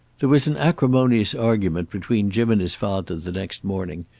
there was an acrimonious argument between jim and his father the next morning,